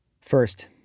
First